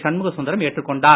சண்முகசுந்தரம் ஏற்றுக்கொண்டார்